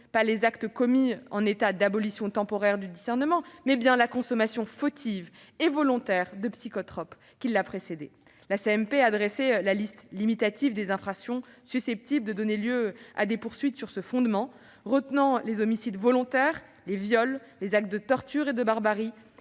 pas l'acte commis en état d'abolition temporaire du discernement, mais bien la consommation fautive et volontaire de psychotropes qui l'a précédé. La commission mixte paritaire a dressé la liste limitative des infractions susceptibles de donner lieu à des poursuites sur ce fondement, retenant les homicides volontaires, les viols, les actes de toitures et de barbarie,